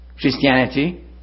Christianity